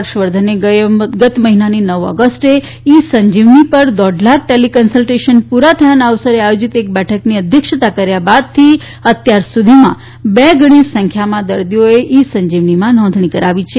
હર્ષવર્ધને ગત મહિનાની નવ ઓઝ્સ્ટે ઈ સંજીવની પર દોઢ લાખ ટેલી ક્નસલટેશન પૂરા થયાનાં અવસરે આયોજીત એક બેઠકની અધ્યક્ષતા કર્યા બાદથી અત્યાર સુધીમાં બે ગણી સંખ્યામાં દર્દીઓએ ઈ સંજીવનીમાં નોંધણી કરાવી છે